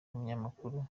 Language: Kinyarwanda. umunyamakuru